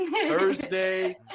Thursday